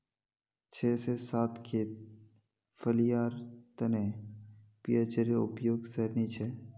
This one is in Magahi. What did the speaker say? छह से सात खेत फलियार तने पीएचेर उपयुक्त श्रेणी छे